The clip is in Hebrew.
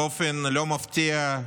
באופן לא מפתיע,